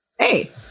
Hey